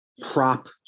prop